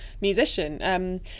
musician